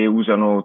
usano